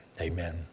amen